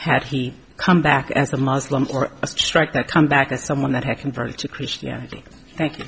had he come back as a muslim or a strike that come back as someone that had converted to christianity thank you